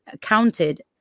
counted